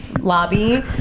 lobby